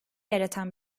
yaratan